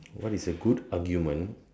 what is a good argument